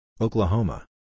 Oklahoma